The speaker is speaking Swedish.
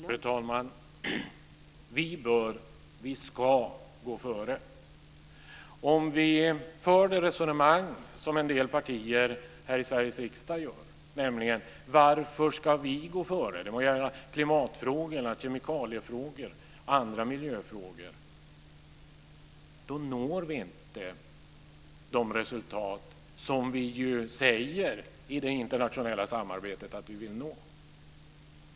Fru talman! Vi bör gå före. Vi ska gå före. En del partier i Sveriges riksdag för resonemanget: Varför ska vi gå före? Det må gälla klimatfrågor, kemikaliefrågor eller andra miljöfrågor. Då når vi inte de resultat som vi ju säger i det internationella samarbetet att vi vill nå.